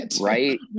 Right